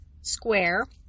square